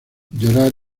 llorar